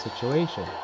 situation